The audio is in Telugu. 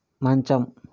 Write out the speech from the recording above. మంచం